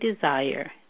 desire